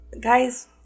guys